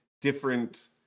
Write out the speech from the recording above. different